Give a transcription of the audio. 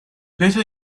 better